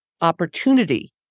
opportunity